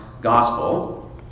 gospel